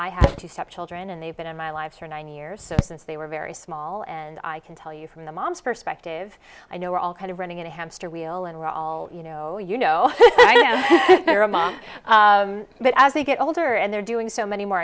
i have two stepchildren and they've been in my life for nine years so since they were very small and i can tell you from the mom's perspective i know we're all kind of running in a hamster wheel and we're all you know you know but as they get older and they're doing so many more